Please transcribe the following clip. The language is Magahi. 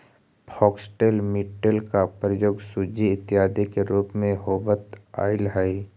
फॉक्सटेल मिलेट का प्रयोग सूजी इत्यादि के रूप में होवत आईल हई